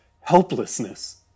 helplessness